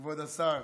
כבוד השר,